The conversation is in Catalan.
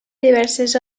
diverses